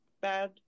bad